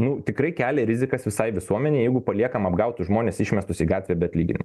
nu tikrai kelia rizikas visai visuomenei jeigu paliekam apgautus žmones išmestus į gatvę be atlyginimo